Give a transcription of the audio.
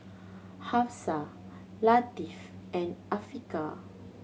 Hafsa Latif and Afiqah